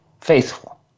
faithful